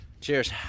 Cheers